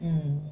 mm